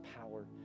power